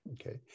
okay